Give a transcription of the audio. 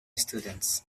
students